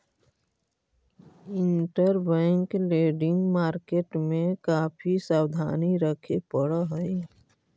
interbank lending market में काफी सावधानी रखे पड़ऽ हई